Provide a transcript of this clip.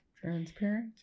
Transparent